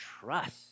trust